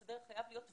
חייב להיות ודאות.